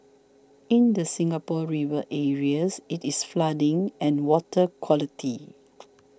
in the Singapore River areas it is flooding and water quality